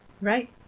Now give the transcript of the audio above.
Right